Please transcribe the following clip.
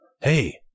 hey